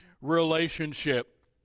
relationship